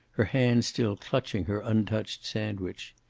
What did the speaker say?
her hand still clutching her untouched sandwich.